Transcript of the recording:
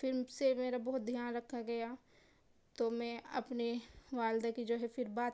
پھر سے میرا بہت دھیان رکھا گیا تو میں اپنے والدہ کی ہے پھر بات